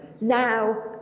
now